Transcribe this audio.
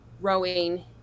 rowing